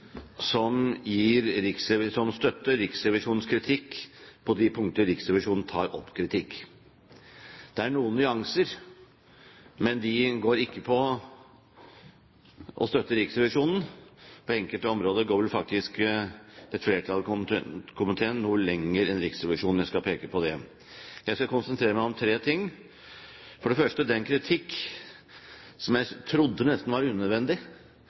Riksrevisjonens kritikk på de punkter Riksrevisjonen kommer med kritikk. Det er noen nyanser, men de går ikke på å støtte Riksrevisjonen. På enkelte områder går vel faktisk et flertall i komiteen noe lenger enn Riksrevisjonen – jeg skal peke på det. Jeg skal konsentrere meg om tre ting. For det første den kritikk som jeg trodde nesten var unødvendig